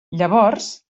llavors